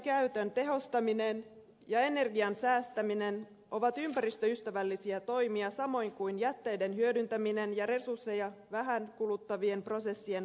energiankäytön tehostaminen ja energian säästäminen ovat ympäristöystävällisiä toimia samoin kuin jätteiden hyödyntäminen ja resursseja vähän kuluttavien prosessien valitseminen